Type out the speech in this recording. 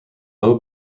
low